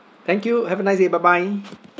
thank you have a nice day bye bye